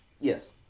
Yes